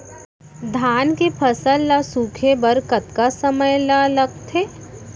धान के फसल ल सूखे बर कतका समय ल लगथे?